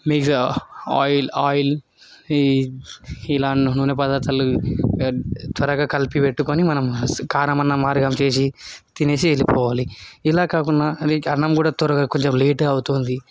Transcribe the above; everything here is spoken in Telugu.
మిక్స్ ఆయిల్ ఆయిల్ ఈ ఇలా నూనె పదార్థాలు త్వరగా కలిపి పెట్టుకుని మనం కారం అన్నం మార్గం చేసి తినేసి వెళ్లిపోవాలి ఇలా కాకున్న మీకు అన్నం కూడా త్వరగా కొంచెం త్వరగా లేటే అవుతుంది